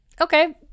okay